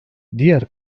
diğer